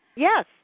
Yes